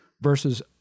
versus